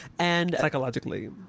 Psychologically